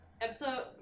episode